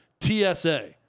TSA